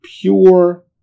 pure